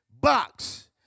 box